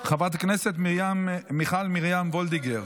חברת הכנסת מיכל מרים וולדיגר,